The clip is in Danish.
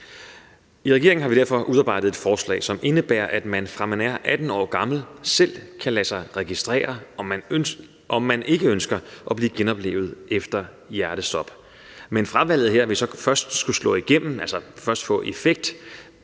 I regeringen har vi derfor udarbejdet et forslag, som indebærer, at man, fra man er 18 år gammel, selv kan lade sig registrere, hvis man ikke ønsker at blive genoplivet efter hjertestop. Men fravalget her vil så først skulle